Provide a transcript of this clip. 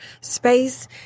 space